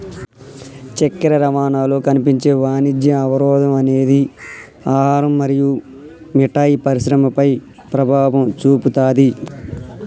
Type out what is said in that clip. చక్కెర రవాణాలో కనిపించే వాణిజ్య అవరోధం అనేది ఆహారం మరియు మిఠాయి పరిశ్రమపై ప్రభావం చూపుతాది